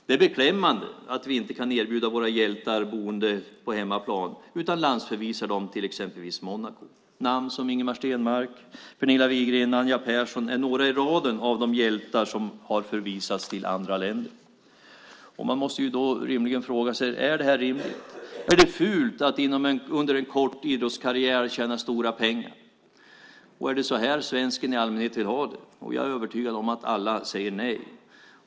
Det är beklämmande att vi inte kan erbjuda våra hjältar boende på hemmaplan utan landsförvisar dem till exempelvis Monaco. Ingemar Stenmark, Pernilla Wiberg, Anja Pärson är några i raden av de hjältar som har förvisats till andra länder. Man måste då fråga sig: Är det här rimligt? Är det fult att under en kort idrottskarriär tjäna stora pengar? Och är det så här svensken i allmänhet vill ha det? Jag är övertygad om att alla säger nej.